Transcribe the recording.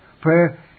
Prayer